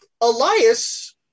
Elias